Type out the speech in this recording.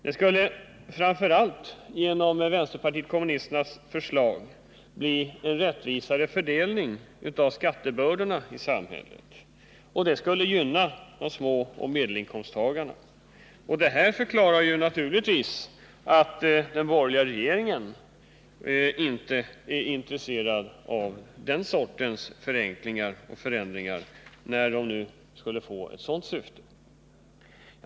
Det skulle framför allt genom vänsterpartiet kommunisternas förslag bli en rättvisare fördelning av skattebördorna i samhället, och det skulle gynna småoch medelinkomsttagarna. Detta förklarar naturligtvis att de borgerliga inte är intresserade av dessa förenklingar och förändringar, när de nu skulle få sådan effekt.